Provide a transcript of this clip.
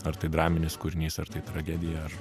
ar tai draminis kūrinys ar tai tragedija ar